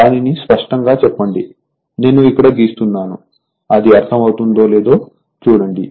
దానిని స్పష్టంగా చెప్పండి నేను ఇక్కడ గీస్తున్నాను అది అర్థం అవుతుందో లేదో చూడండి